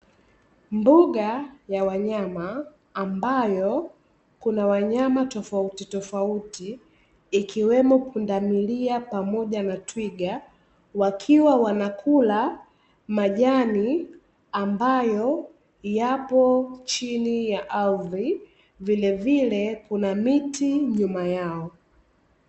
Mbuga ya wanyama ambayo kuna wanyama tofautitofauti ikiwemo pundamilia pamoja na twiga, wakiwa wanakula majani ambayo yapo chini ya ardhi vilevile kuna miti nyuma yao.